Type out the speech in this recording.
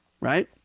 right